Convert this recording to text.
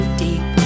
deep